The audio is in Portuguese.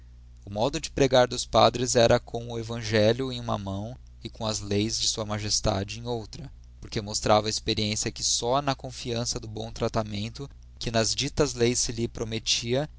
o modo de pregar dos padres era com oevangeiho em uma mão e com as leis de sua magestade em outra porque mostrava a experiência que só na confiança do bom tratamento que nas ditas leis se lhes promettía